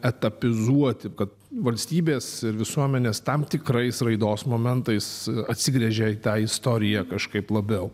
etapizuoti kad valstybės ir visuomenės tam tikrais raidos momentais atsigręžia į tą istoriją kažkaip labiau